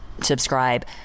Subscribe